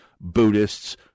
Buddhists